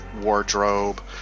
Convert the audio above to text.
wardrobe